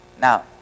Now